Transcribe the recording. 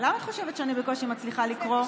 למה את חושבת שאני בקושי מצליחה לקרוא?